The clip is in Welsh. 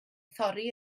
thorri